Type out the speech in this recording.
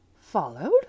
Followed